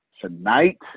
Tonight